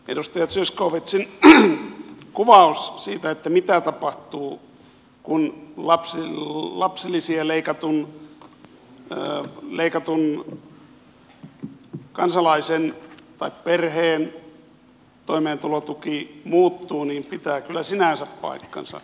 edustaja zyskowiczin kuvaus siitä mitä tapahtuu kun toimeentulotuki muuttuu kansalaisella tai perheellä jolta lapsilisiä on leikattu pitää kyllä sinänsä paikkansa